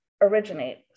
originate